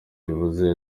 bivuze